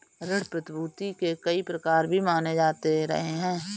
ऋण प्रतिभूती के कई प्रकार भी माने जाते रहे हैं